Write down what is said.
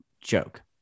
joke